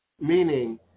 meaning